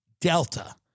Delta